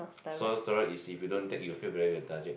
so steroid is if you don't take you feel very lethargic